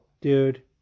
dude